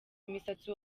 imisatsi